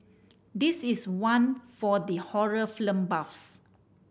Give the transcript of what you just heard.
this is one for the horror film buffs